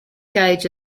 gauge